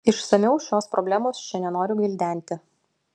išsamiau šios problemos čia nenoriu gvildenti